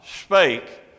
Spake